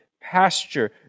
pasture